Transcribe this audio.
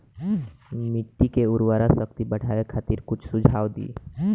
मिट्टी के उर्वरा शक्ति बढ़ावे खातिर कुछ सुझाव दी?